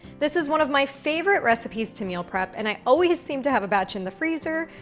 this is one of my favorite recipes to meal prep, and i always seem to have a batch in the freezer,